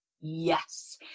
Yes